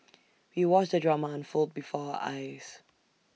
we watched the drama unfold before our eyes